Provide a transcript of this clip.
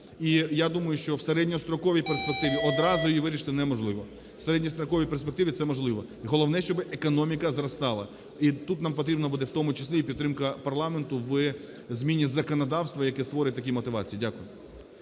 і я думаю, що в середньостроковій перспективі одразу її вирішити неможливо. У середньостроковій перспективі це можливо. Головне, щоби економіка зростала. І тут нам потрібно буде, в тому числі, і підтримка парламенту у зміні законодавства, яке створить такі мотивації. Дякую.